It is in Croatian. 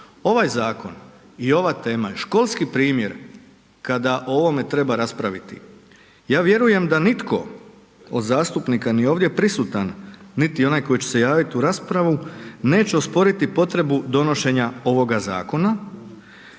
Ovaj zakon i ova tema je školski primjer kada o ovome treba raspraviti. Ja vjerujem da nitko od zastupnika ni ovdje prisutan niti onaj koji će se javiti u raspravi neće osporiti potrebu donošenja ovoga zakona,